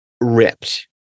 ripped